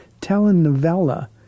telenovela